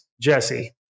Jesse